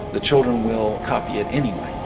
the children will copy it anyway.